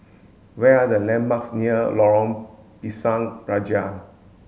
where are the landmarks near Lorong Pisang Raja